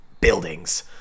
buildings